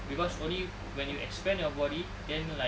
cause only when you expand your body then like